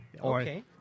Okay